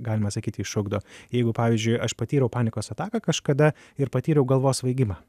galima sakyti išugdo jeigu pavyzdžiui aš patyriau panikos ataką kažkada ir patyriau galvos svaigimą